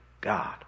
God